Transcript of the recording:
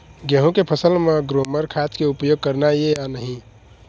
गेहूं के फसल म ग्रोमर खाद के उपयोग करना ये या नहीं?